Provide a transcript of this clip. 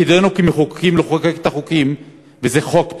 תפקידנו כמחוקקים לחוקק את החוקים, וזה חוק טוב,